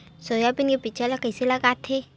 Soybean के बीज ल कइसे लगाथे?